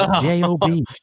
J-O-B